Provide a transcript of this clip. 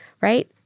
right